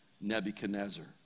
Nebuchadnezzar